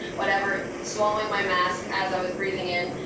whatever, swallowing my mask as i was breathing in.